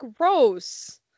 gross